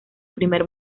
primer